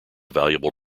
valuable